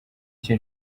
icyo